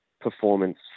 performance